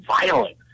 violent